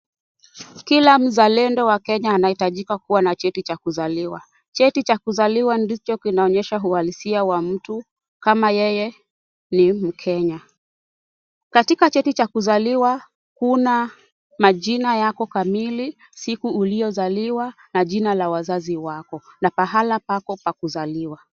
Kila mzalendo wa Kenya anahitajika kuwa na cheti cha kuzaliwa. Cheti cha kuzaliwa ndicho kinaonyesha uhalisia wa mtu kama yeye ni mkenya. Katika cheti cha kuzaliwa kuna majina yako kamili, siku uliyozaliwa na jina la wazazi wako na pahala pako pa kuzaliwa.